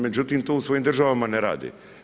Međutim, to u svojim državama ne rade.